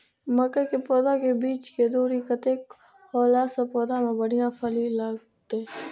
मके के पौधा के बीच के दूरी कतेक होला से पौधा में बढ़िया फली लगते?